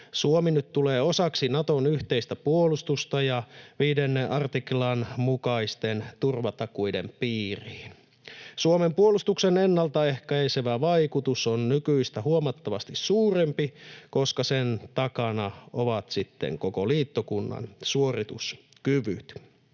Suomi nyt tulee osaksi Naton yhteistä puolustusta ja 5 artiklan mukaisten turvatakuiden piiriin. Suomen puolustuksen ennaltaehkäisevä vaikutus on nykyistä huomattavasti suurempi, koska sen takana ovat sitten koko liittokunnan suorituskyvyt.